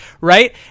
right